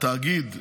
התאגיד,